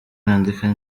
nandika